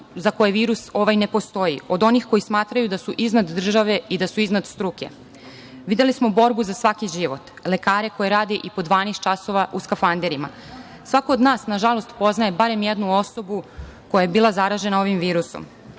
za koje ovaj virus ne postoji, od onih koji smatraju da su iznad države i da su iznad struke. Videli smo borbu za svaki život, lekare koji rade i po 12 časova u skafanderima. Svako od nas, nažalost, poznaje barem jednu osobu koja je bila zaražena ovim virusom.